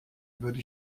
würde